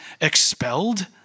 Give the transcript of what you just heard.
expelled